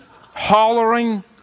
hollering